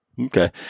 Okay